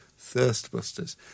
Thirstbusters